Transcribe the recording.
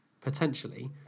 potentially